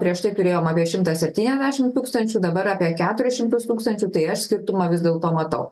prieš tai turėjom apie šimtą septyniasdešim tūkstančių dabar apie keturis šimtus tūkstančių tai aš skirtumą vis dėlto matau